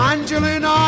Angelina